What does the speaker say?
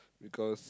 because